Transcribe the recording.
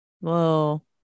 Whoa